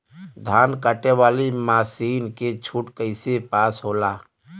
धान कांटेवाली मासिन के छूट कईसे पास होला?